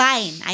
Fine